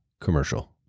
commercial